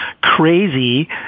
crazy